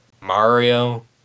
Mario